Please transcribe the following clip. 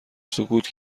سکوت